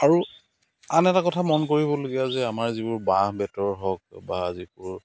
আৰু আন এটা কথা মন কৰিবলগীয়া যে আমাৰ যিবোৰ বাঁহ বেতৰ হওক বা যিবোৰ